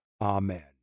Amen